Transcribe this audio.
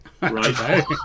right